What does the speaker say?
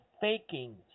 faking